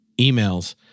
emails